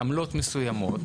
מעמלות מסוימות,